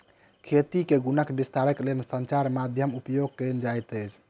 खेती के गुणक विस्तारक लेल संचार माध्यमक उपयोग कयल जाइत अछि